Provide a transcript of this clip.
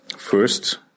First